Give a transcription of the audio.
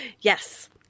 Yes